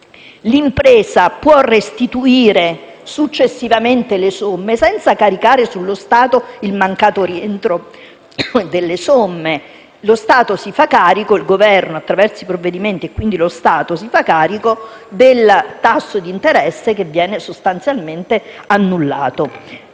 l'impresa può restituire successivamente le somme, senza caricare sullo Stato il mancato rientro delle somme stesse. Il Governo, attraverso i provvedimenti (quindi lo Stato), si fa carico del tasso di interesse, che viene sostanzialmente annullato.